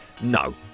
No